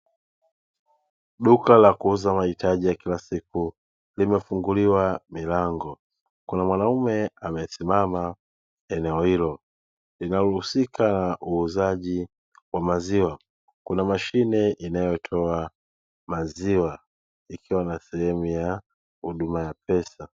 Duka la kuuza mahitaji ya kila siku limefunguliwa milango, kuna mwanaume amesimama eneo hilo, linalohusika na uuzaji wa maziwa; kuna mashine inayotoa maziwa ikiwa na sehemu ya huduma ya pesa.